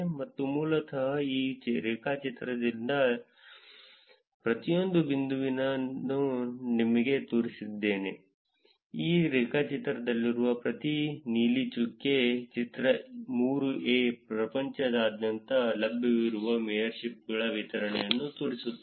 ಇದು ಮೂಲತಃ ಈ ರೇಖಾಚಿತ್ರದಲ್ಲಿ ಪ್ರತಿಯೊಂದು ಬಿಂದುವನ್ನು ನಿಮಗೆ ತೋರಿಸುತ್ತದೆ ಈ ರೇಖಾಚಿತ್ರದಲ್ಲಿರುವ ಪ್ರತಿ ನೀಲಿ ಚುಕ್ಕೆ ಚಿತ್ರ 3ಎ ಪ್ರಪಂಚದಾದ್ಯಂತ ಲಭ್ಯವಿರುವ ಮೇಯರ್ಶಿಪ್ಗಳ ವಿತರಣೆಯನ್ನು ತೋರಿಸುತ್ತದೆ